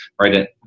right